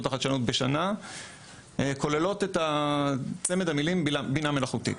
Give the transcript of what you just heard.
החדשנות בשנה כוללות את צמד המילים "בינה מלאכותית".